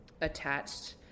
attached